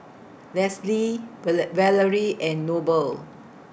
Leslee Valerie and Noble